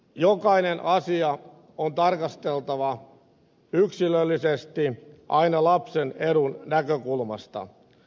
jokainen asia on tarkasteltava yksilöllisesti aina lapsen edun näkökulmasta